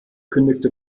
kündigte